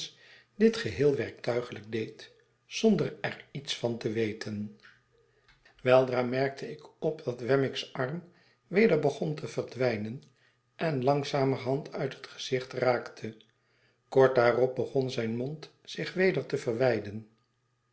dit geheel werktuiglijk deed zonder er iets van te weten weldra merkte ik op dat wemmick's arm weder begon te verdwijnen en langzamerhand uit het gezicht raakte kort daarop begon zijn mond zich weder te verwijden